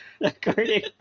according